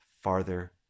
farther